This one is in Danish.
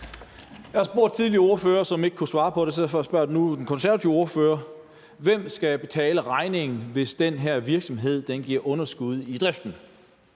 Jeg har spurgt tidligere ordførere, som ikke kunne svare på det, så derfor spørger jeg nu den konservative ordfører: Hvem skal betale regningen, hvis den her virksomhed giver underskud i driften?